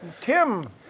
Tim